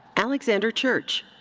alexander church.